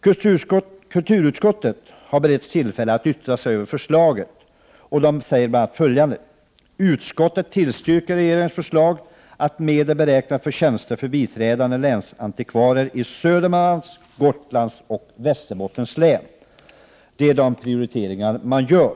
Kulturutskottet, som har beretts tillfälle att yttra sig över förslaget, anför bl.a. följande: ”Utskottet tillstyrker regeringens förslag att medel beräknas för tjänster för biträdande länsantikvarier i Södermanlands, Gotlands och Västerbottens län.” Det är de prioriteringar man gör.